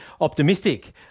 optimistic